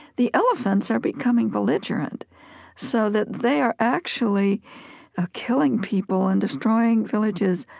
the elephants are becoming belligerent so that they are actually ah killing people and destroying villages,